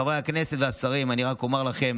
חברי הכנסת והשרים, אני רק אומר לכם,